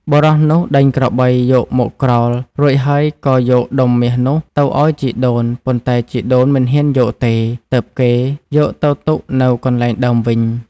បុរសនោះដេញក្របីយកមកក្រោល រួចហើយក៏យកដុំមាសនោះទៅអោយជីដូន ប៉ុន្តែជីដូនមិនហ៊ានយកទេ ទើបគេយកទៅទុកនៅកន្លែងដើមវិញ។